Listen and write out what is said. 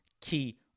key